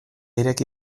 ireki